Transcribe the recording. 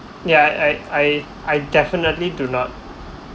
ya I I I definitely do not